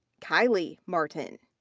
kylee martin.